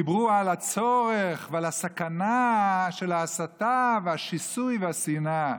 דיברו על הצורך ועל הסכנה של ההסתה והשיסוי והשנאה.